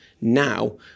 now